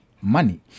money